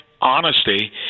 honesty